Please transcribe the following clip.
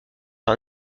sur